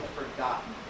forgotten